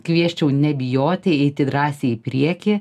kviesčiau nebijoti eiti drąsiai į priekį